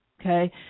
okay